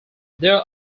there